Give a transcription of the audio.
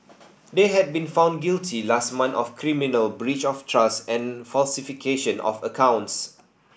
they had been found guilty last month of criminal breach of trust and falsification of accounts